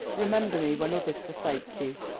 remember me when others forsake you.